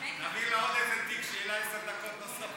נביא לה עוד איזה תיק, שיהיו לה עשר דקות נוספות.